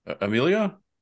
Amelia